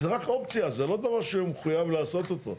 זה רק אופציה, זה לא דבר שמחויב לעשות אותו.